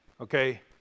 Okay